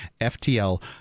FTL